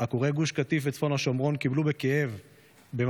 עקורי גוש קטיף וצפון השומרון קיבלו את הכאב בממלכתיות,